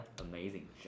amazing